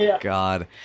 God